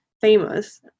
famous